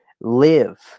live